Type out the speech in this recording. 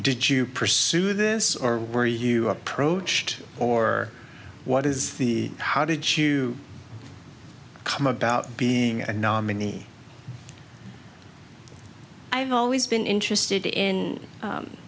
did you pursue this or were you approached or what is the how did you come about being a nominee i've always been interested in